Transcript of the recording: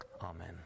Amen